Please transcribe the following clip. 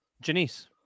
Janice